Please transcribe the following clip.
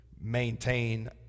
maintain